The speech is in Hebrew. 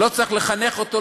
לא צריך לחנך אותו?